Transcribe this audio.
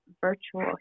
Virtual